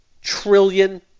trillion